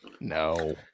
No